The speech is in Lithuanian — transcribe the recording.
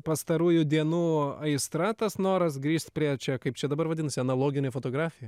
pastarųjų dienų aistra tas noras grįžt prie čia kaip čia dabar vadinsa analoginė fotografija